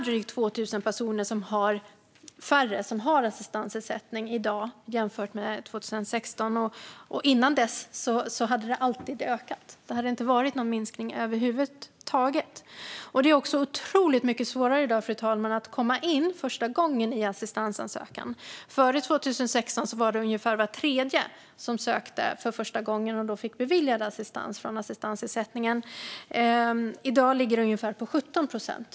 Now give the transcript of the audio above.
Drygt 2 000 personer färre har i dag assistansersättning jämfört med 2016. Innan dess hade det alltid ökat. Det var ingen minskning över huvud taget. Fru talman! Det är otroligt mycket svårare i dag att komma in första gången med sin assistansansökan. Före 2016 fick ungefär var tredje som för första gången gjorde en ansökan om assistans sin ansökan om assistansersättning beviljad. I dag ligger det på ungefär 17 procent.